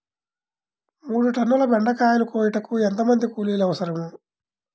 మూడు టన్నుల బెండకాయలు కోయుటకు ఎంత మంది కూలీలు అవసరం?